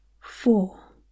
four